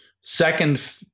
second